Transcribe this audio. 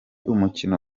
umukino